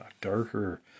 darker